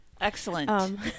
Excellent